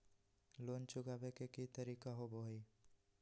Loan चुकाबे के की तरीका होबो हइ?